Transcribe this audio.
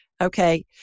Okay